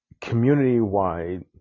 community-wide